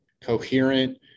coherent